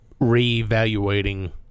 reevaluating